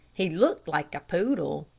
he looked like a poodle.